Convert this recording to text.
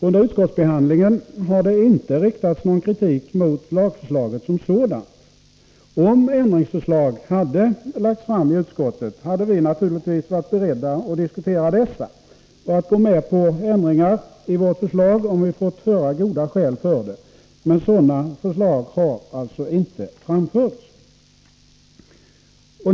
Under utskottsbehandlingen har det inte riktats någon kritik mot lagförslaget som sådant. Om ändringsförslag hade lagts fram i utskottet, hade vi naturligtvis varit beredda att diskutera dessa och gått med på ändringar i vårt förslag om det framkommit goda skäl för det. Men sådana förslag har inte framförts.